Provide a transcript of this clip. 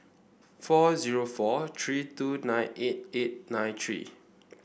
four zero four three two nine eight eight nine three